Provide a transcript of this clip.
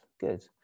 good